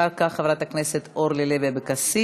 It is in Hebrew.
אחר כך, חברי הכנסת אורלי לוי אבקסיס,